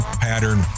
pattern